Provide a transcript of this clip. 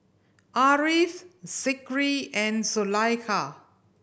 Ariff Zikri and Zulaikha